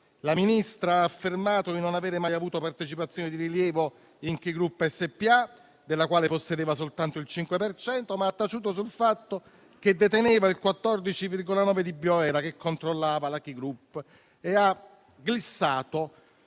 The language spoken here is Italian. La Ministra ha affermato di non avere mai avuto partecipazioni di rilievo in Ki Group SpA, della quale possedeva soltanto il 5 per cento, ma ha taciuto sul fatto che deteneva il 14,9 per cento di Bioera che controllava Ki Group, e ha glissato